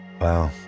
wow